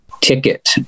ticket